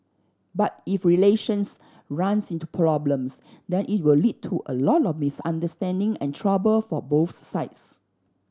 but if relations runs into problems then it will lead to a lot of misunderstanding and trouble for both sides